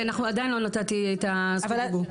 עדיין לא נתתי את זכות הדיבור.